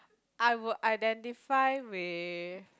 I would identify with